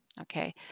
Okay